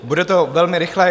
Bude to velmi rychlé.